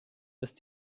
ist